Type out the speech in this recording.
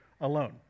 alone